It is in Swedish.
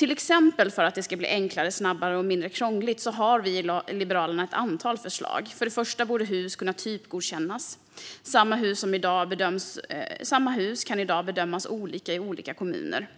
Vi i Liberalerna har ett antal förslag för att det ska bli enklare, snabbare och mindre krångligt. Ett av dem är att hus ska kunna typgodkännas. Samma hus kan i dag bedömas olika i olika kommuner.